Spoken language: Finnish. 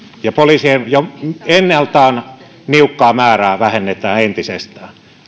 ja poliisien jo ennalta niukkaa määrää vähennetään entisestään